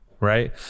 right